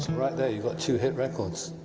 right there you got two hit records.